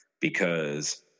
Because-